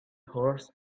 horse